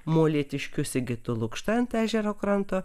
molėtiškiui sigitu lukšta ant ežero kranto